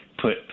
put